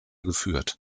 geführt